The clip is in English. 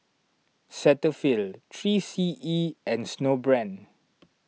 Cetaphil three C E and Snowbrand